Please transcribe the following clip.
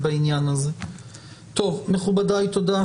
מכובדיי, תודה.